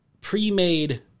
pre-made